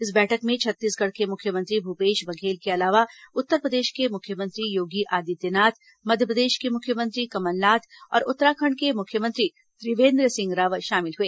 इस बैठक में छत्तीसगढ़ के मुख्यमंत्री भूपेश बघेल के अलावा उत्तरप्रदेश के मुख्यमंत्री योगी आदित्यनाथ मध्यप्रदेश के मुख्यमंत्री कमलनाथ और उत्तराखंड के मुख्यमंत्री त्रिवेंद्र सिंह रावत शामिल हुए